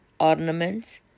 ornaments